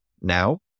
now